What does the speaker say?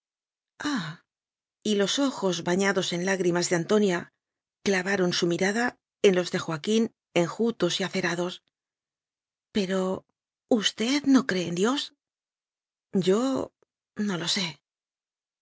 ahy los ojos bañados en lágrimas de antonia clavaron su mirada en los de joaquín enjutos y acerados pero usted no cree en dios yo no lo sé